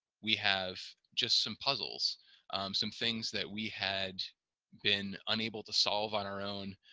we have just some puzzles some things that we had been unable to solve on our own.